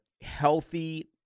healthy